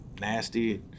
nasty